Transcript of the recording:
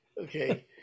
okay